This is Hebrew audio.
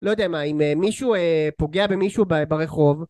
לא יודע מה, אם מישהו פוגע במישהו ברחוב,